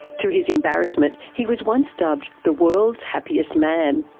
to his embarrassment, he was once dubbed the world's happiest man.